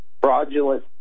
fraudulent